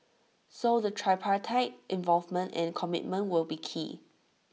so the tripartite involvement and commitment will be key